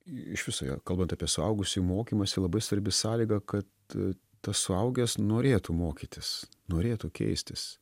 iš viso yra kalbant apie suaugusiųjų mokymąsi labai svarbi sąlyga kad tas suaugęs norėtų mokytis norėtų keistis